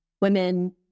women